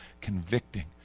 convicting